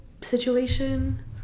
situation